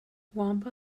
wamba